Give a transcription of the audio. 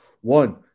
One